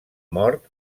mort